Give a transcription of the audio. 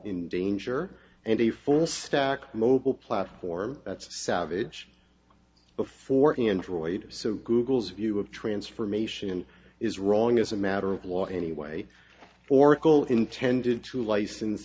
in danger and a full stack mobile platform that's savage before android so google's view of transformation is wrong as a matter of law anyway for all intended to license